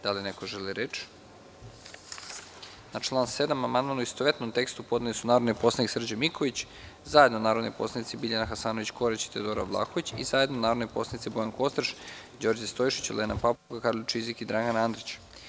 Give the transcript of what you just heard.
Da li neko želi reč? (Ne) Na član 7. amandman, u istovetnom tekstu, podneli su narodni poslanik Srđan Miković, zajedno narodni poslanici Biljana Hasanović Korać i Teodora Vlahović i zajedno narodni poslanici Bojan Kostreš, Đorđe Stojšić, Olena Papuga, Karolj Čizik i Dragan Andrić.